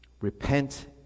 Repent